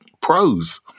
pros